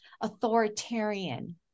authoritarian